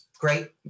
Great